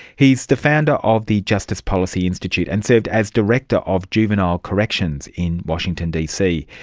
he is the founder of the justice policy institute, and served as director of juvenile corrections in washington dc.